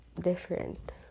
different